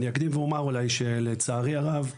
לצערי הרב,